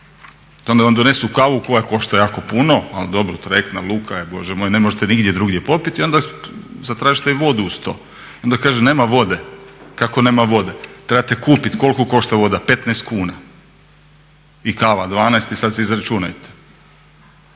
onda vam donesu kavu koja košta jako puno, ali dobro trajektna luka je, bože moj, ne možete nigdje drugdje popiti, onda zatražite vodu uz to i onda kaže nema vode. Kako nema vode? Trebate kupit, koliko košta voda, 15 kuna i kava 12 i sad si izračunajte.